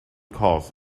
cause